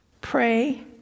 pray